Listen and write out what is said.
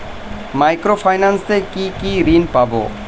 Micro finance এ কি কি ঋণ পাবো?